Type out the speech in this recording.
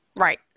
right